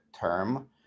term